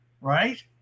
right